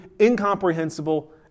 incomprehensible